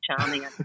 charming